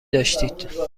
داشتید